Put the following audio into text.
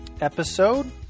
episode